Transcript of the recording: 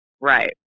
Right